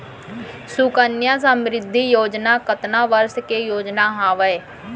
सुकन्या समृद्धि योजना कतना वर्ष के योजना हावे?